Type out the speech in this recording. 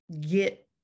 get